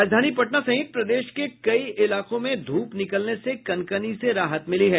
राजधानी पटना सहित प्रदेश के कई इलाकों में धूप निकलने से कनकनी से राहत मिली है